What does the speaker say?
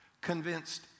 convinced